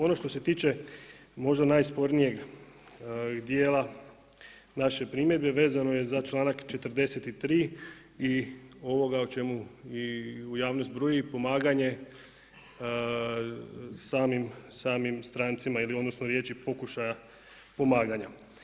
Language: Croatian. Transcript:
Ono što se tiče možda najspornijeg dijela naše primjedbe vezano je za članak 43. i ovoga o čemu i javnost bruji pomaganje samim strancima ili odnosno riječi pokušaja pomaganja.